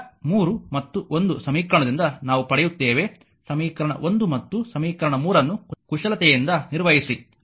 ಈಗ 3 ಮತ್ತು 1 ಸಮೀಕರಣದಿಂದ ನಾವು ಪಡೆಯುತ್ತೇವೆ ಸಮೀಕರಣ 1 ಮತ್ತು ಸಮೀಕರಣ 3 ಅನ್ನು ಕುಶಲತೆಯಿಂದ ನಿರ್ವಹಿಸಿ